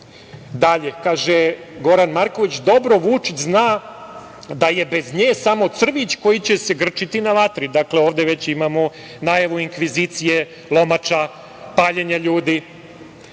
Dalje kaže: "Dobro Vučić zna da je bez nje samo crvić koji će se grčiti na vatri". Dakle, ovde već imamo najavu inkvizicije, lomača, paljenje ljudi. Da